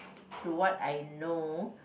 to what I know